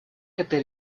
этой